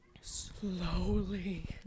slowly